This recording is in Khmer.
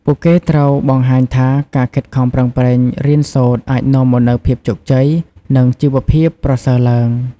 ពួកគេត្រូវបង្ហាញថា ការខិតខំប្រឹងប្រែងរៀនសូត្រអាចនាំមកនូវភាពជោគជ័យ និងជីវភាពប្រសើរឡើង។